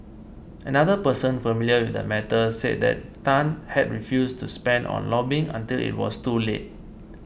another person familiar with the matter said that Tan had refused to spend on lobbying until it was too late